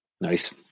Nice